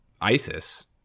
ISIS